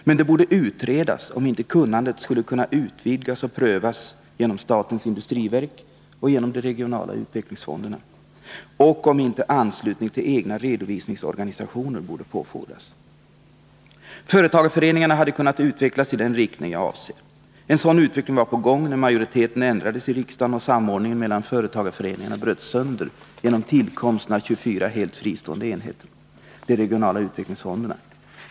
Men det borde utredas, om inte kunnandet skulle kunna utvidgas och prövas genom statens industriverk och genom de regionala utvecklingsfonderna och om inte anslutning till egna redovisningsorganisationer borde påfordras. Företagarföreningarna hade kunnat utvecklas i den riktning jag avser. En sådan utveckling var på gång när majoriteten ändrades i riksdagen och samordningen mellan företagarföreningarna bröts sönder genom tillkomsten av 24 helt fristående enheter — de regionala utvecklingsfonderna.